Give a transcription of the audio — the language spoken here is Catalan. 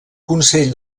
consell